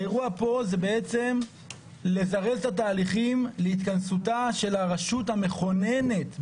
האירוע פה זה בעצם לזרז את התהליכים להתכנסותה של הרשות המכוננת,